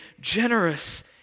generous